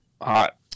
Hot